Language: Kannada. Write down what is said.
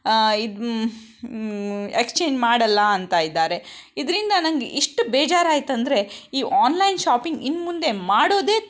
ಇದು ಎಕ್ಸ್ಚೇಂಜ್ ಮಾಡೋಲ್ಲ ಅಂತ ಇದ್ದಾರೆ ಇದರಿಂದ ನನಗೆ ಇಷ್ಟು ಬೇಜಾರಾಯಿತಂದ್ರೆ ಈ ಆನ್ಲೈನ್ ಶಾಪಿಂಗ್ ಇನ್ಮುಂದೆ ಮಾಡೋದೇ